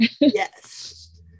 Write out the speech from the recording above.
Yes